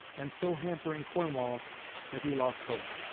and so hampering cornwallis that he lost hope.